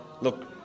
look